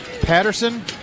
Patterson